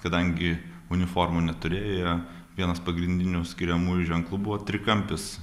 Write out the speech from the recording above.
kadangi uniformų neturėjo jie vienas pagrindinių skiriamųjų ženklų buvo trikampis